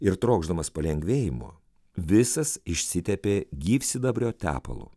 ir trokšdamas palengvėjimo visas išsitepė gyvsidabrio tepalu